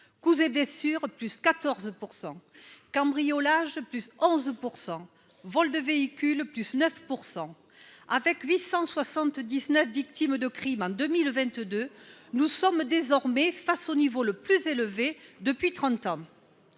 coups et blessures, + 14 %; cambriolages + 11 %; vols de véhicules, + 9 %. Avec 879 victimes de crimes en 2022, nous sommes désormais face au niveau le plus élevé depuis trente